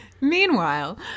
meanwhile